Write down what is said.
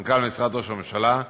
מנכ"ל משרד ראש הממשלה,